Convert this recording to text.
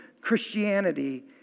Christianity